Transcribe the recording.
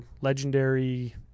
legendary